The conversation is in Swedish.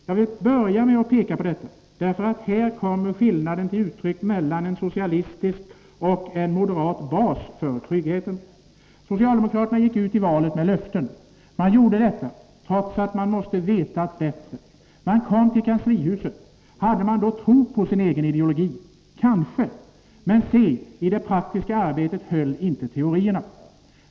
Jag vill börja med att peka på detta, därför att skillnaden mellan en socialistisk och en moderat bas för trygghetenhär kommer till uttryck. Socialdemokraterna gick ut i valet med löften. Man gjorde detta trots att man måste ha vetat bättre. Man kom till kanslihuset. Hade man då tro på sin egen ideologi? Kanske. Men se — i det praktiska arbetet höll inte teorierna.